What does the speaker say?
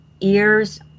ears